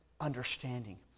understanding